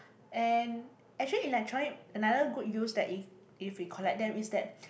and actually electronic another good use that it if we collect them is that